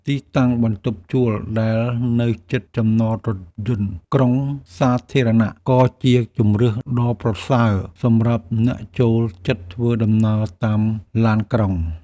ទីតាំងបន្ទប់ជួលដែលនៅជិតចំណតរថយន្តក្រុងសាធារណៈក៏ជាជម្រើសដ៏ប្រសើរសម្រាប់អ្នកចូលចិត្តធ្វើដំណើរតាមឡានក្រុង។